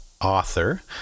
author